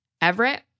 Everett